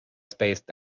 spaced